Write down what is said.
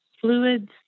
Fluids